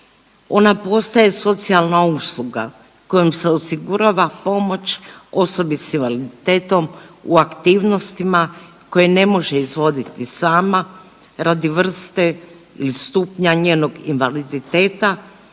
Ona postaje socijalna usluga kojom se osigurava pomoć osobi s invaliditetom u aktivnostima koje ne može izvoditi sama radi vrste ili stupnja njenog invaliditeta,